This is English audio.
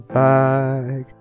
back